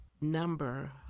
number